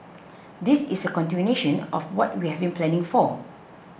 this is a continuation of what we have been planning for